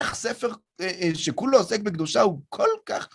איך הספר שכולו עוסק בקדושה הוא כל כך...